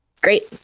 Great